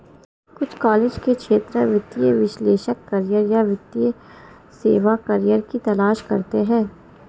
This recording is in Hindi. कुछ कॉलेज के छात्र वित्तीय विश्लेषक करियर या वित्तीय सेवा करियर की तलाश करते है